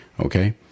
Okay